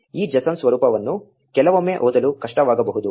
ಈ json ಸ್ವರೂಪವನ್ನು ಕೆಲವೊಮ್ಮೆ ಓದಲು ಕಷ್ಟವಾಗಬಹುದು